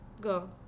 go